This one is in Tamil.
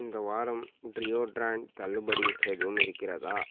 இந்த வாரம் டியோடரண்ட் தள்ளுபடி எதுவும் இருக்கிறதா